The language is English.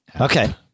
Okay